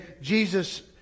Jesus